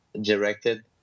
directed